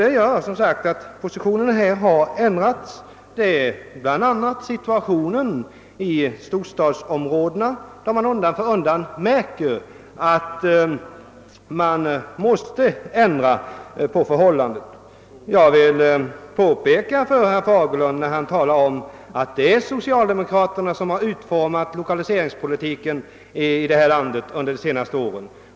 Detta har alltså medfört att posi tionerna ändrats. Det är bl.a. fallet i storstadsområdena, där man undan för undan märker att man måste ändra på förhållandet. Herr Fagerlund säger att det är socialdemokraterna som utformat lokaliseringspolitiken i detta land under de senaste åren.